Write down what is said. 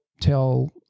tell